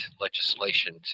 legislation